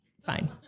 Fine